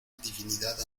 divinidad